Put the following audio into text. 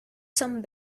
some